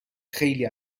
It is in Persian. خیلی